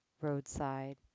Roadside